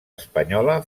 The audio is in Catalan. espanyola